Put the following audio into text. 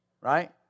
Right